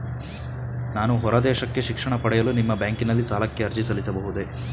ನಾನು ಹೊರದೇಶಕ್ಕೆ ಶಿಕ್ಷಣ ಪಡೆಯಲು ನಿಮ್ಮ ಬ್ಯಾಂಕಿನಲ್ಲಿ ಸಾಲಕ್ಕೆ ಅರ್ಜಿ ಸಲ್ಲಿಸಬಹುದೇ?